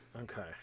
Okay